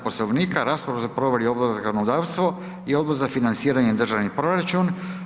Poslovnika raspravu su proveli Odbor za zakonodavstvo i Odbor za financiranje državni proračun.